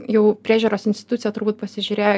jau priežiūros institucija turbūt pasižiūrėjo